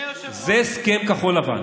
זה הסכם כחול לבן,